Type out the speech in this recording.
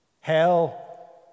hell